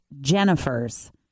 Jennifers